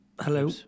Hello